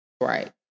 Right